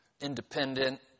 independent